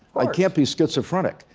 i can't be schizophrenic.